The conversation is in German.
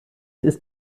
ist